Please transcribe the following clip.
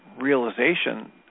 realization